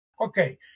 okay